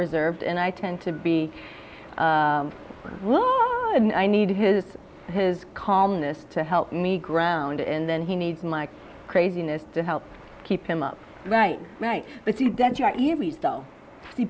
reserved and i tend to be won and i need his his calmness to help me ground and then he needs my craziness to help keep him up right right but